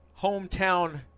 hometown